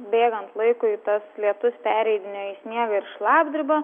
bėgant laikui tas lietus pereidinėjo į sniegą ir šlapdribą